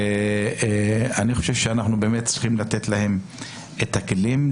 אני חושב שאנחנו צריכים לתת להם את הכלים.